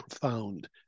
profound